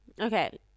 okay